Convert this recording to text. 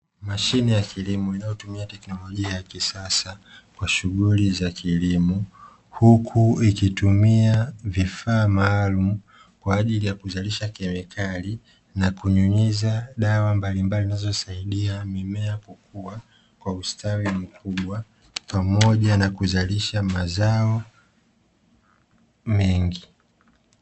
Mashine ya kilimo inayotumia tekinolojia ya kisasa kwa shuguli za kilimo, huku ikitumia vifaa maluumu kwaajili ya kuzalisha kemikali na kunyunyiza dawa mbalimbali zinazosaidaia mimea kukua kwa ustawi mkubwa, pamoja na kuzalisha mazao mengi.